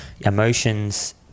emotions